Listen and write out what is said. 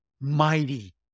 mighty